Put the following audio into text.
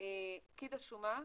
פקיד השומה,